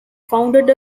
founded